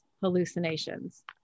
hallucinations